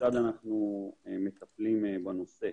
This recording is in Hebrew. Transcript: כיצד אנחנו מטפלים בנושא.